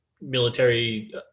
military